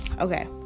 okay